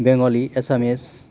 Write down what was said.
Bengali Assamese